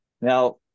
Now